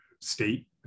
state